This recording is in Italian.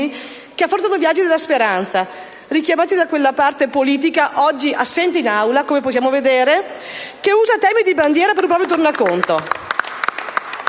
che affrontano i viaggi della speranza, richiamati da quella parte politica oggi assente in Aula (come si può osservare) che usa temi di bandiera per un proprio tornaconto.